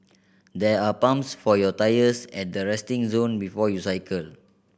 there are pumps for your tyres at the resting zone before you cycle